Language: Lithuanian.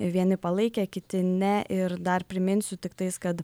vieni palaikė kiti ne ir dar priminsiu tiktais kad